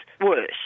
worse